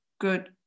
good